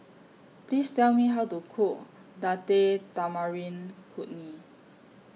Please Tell Me How to Cook Date Tamarind Chutney